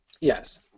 Yes